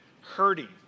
hurting